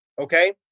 okay